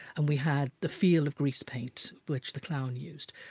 and we had the feel of greasepaint, which the clown used.